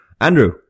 Andrew